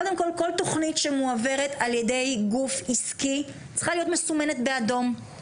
קודם כל כל תוכנית שמועברת על ידי גוף עסקי צריכה להיות מסומנת באדום.